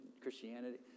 Christianity